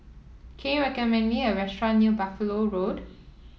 can you recommend me a restaurant near Buffalo Road